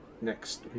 next